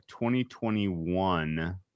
2021